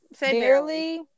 barely